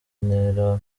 ntera